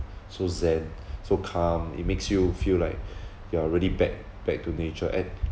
so zen so calm it makes you feel like you are already back back to nature and